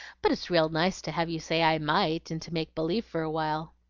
but it's real nice to have you say i might and to make believe for a while.